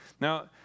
Now